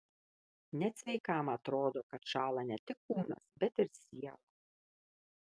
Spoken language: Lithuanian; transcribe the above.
net sveikam atrodo kad šąla ne tik kūnas bet ir siela